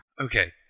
okay